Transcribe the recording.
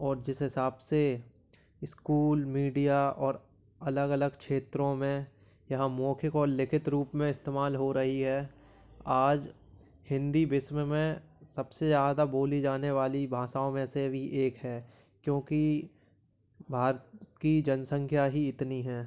और जिस हिसाब से स्कूल मिडिया और अलग अलग क्षेत्रों में यहाँ मौखिक और लिखित रुप में इस्तेमाल हो रही है आज हिंदी विश्व में सबसे ज़्यादा बोली जाने वाली भाषाओं में से भी एक है क्योंकि भारत की जनसंख्या ही इतनी हैं